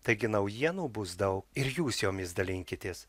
taigi naujienų bus daug ir jūs jomis dalinkitės